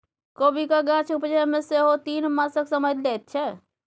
कोबीक गाछ उपजै मे सेहो तीन मासक समय लैत छै